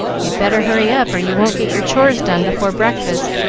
you'd better hurry up, or you won't get your chores done before breakfast.